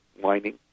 whining